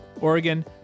Oregon